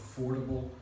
affordable